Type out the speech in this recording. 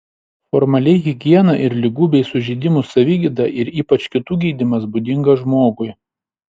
formaliai higiena ir ligų bei sužeidimų savigyda ir ypač kitų gydymas būdingas žmogui